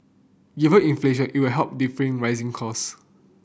even inflation it will help defray rising cost